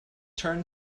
turned